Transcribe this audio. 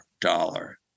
dollar